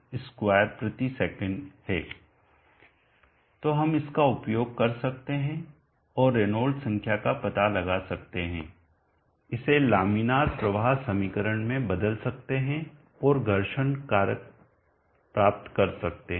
तो हम इसका उपयोग कर सकते हैं और रेनॉल्ड्स संख्या का पता लगा सकते हैं इसे लामिनार प्रवाह समीकरण में बदल सकते हैं और घर्षण कारक प्राप्त कर सकते हैं